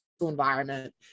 environment